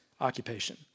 occupation